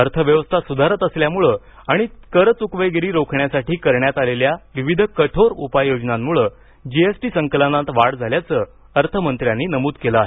अर्थव्यवस्था सुधारत असल्यानं आणि करचुकवेगिरी रोखण्यासाठी करण्यात आलेल्या विविध कठोर उपाययोजनांमुळं जीएसटी संकलनात वाढ झाल्याचं अर्थमंत्र्यांनी नमूद केलं आहे